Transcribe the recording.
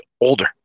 older